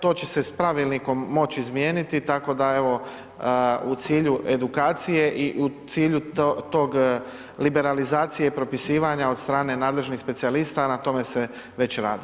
To će se s pravilnikom moć izmijeniti, tako da evo u cilju edukacije i u cilju tog liberalizacije i propisivanja od strane nadležnih specijalista na tome se već radi.